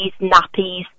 nappies